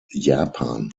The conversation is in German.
japan